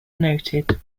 noted